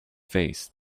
faced